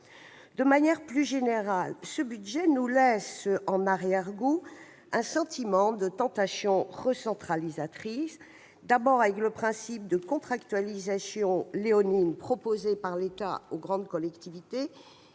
De manière plus générale, ce budget nous laisse en arrière-goût un sentiment de tentation recentralisatrice. D'abord, le principe de la contractualisation léonine proposé par l'État aux grandes collectivités